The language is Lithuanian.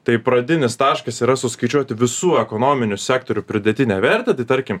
tai pradinis taškas yra suskaičiuoti visų ekonominių sektorių pridėtinę vertę tai tarkim